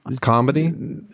Comedy